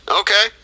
okay